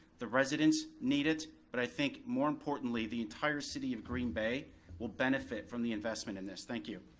the residents need it, but i think more importantly, the entire city of green bay will benefit from the investment in this, thank you.